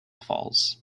falls